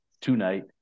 tonight